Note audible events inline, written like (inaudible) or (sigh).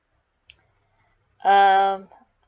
(noise) uh